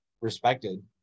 respected